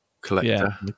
Collector